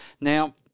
Now